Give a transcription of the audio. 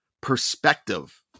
Perspective